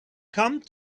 come